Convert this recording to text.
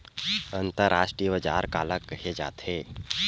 अंतरराष्ट्रीय बजार काला कहे जाथे?